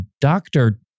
doctor